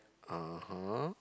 (uh huh)